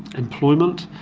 employment,